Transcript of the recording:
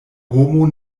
homo